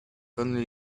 only